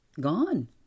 gone